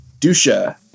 Dusha